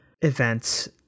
events